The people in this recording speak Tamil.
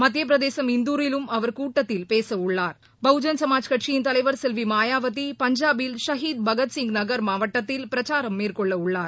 மத்திய பிரதேசம் இந்தூரிலும் அவர் கூட்டத்தில் பேசவுள்ளார் பகுஜன் சமாஜ் கட்சியின் தலைவர் செல்வி மாயாவதி பஞ்சாபில் ஷகித் பஹத்சிங் நகர் மாவட்டத்தில் பிரச்சாரம் மேற்கொள்ளவுள்ளார்